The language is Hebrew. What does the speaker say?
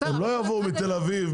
הם לא יבואו מתל אביב,